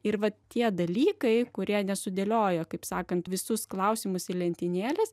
ir va tie dalykai kurie nesudėliojo kaip sakant visus klausimus į lentynėles